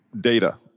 data